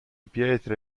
pietra